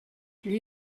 lui